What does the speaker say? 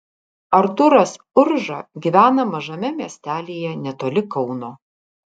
artūras urža gyvena mažame miestelyje netoli kauno